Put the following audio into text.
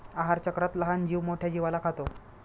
आहारचक्रात लहान जीव मोठ्या जीवाला खातो